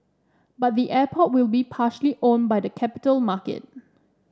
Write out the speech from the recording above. but the airport will be partially owned by the capital market